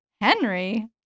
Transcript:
Henry